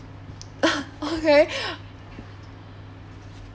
okay